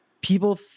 people